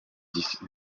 dix